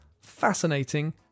fascinating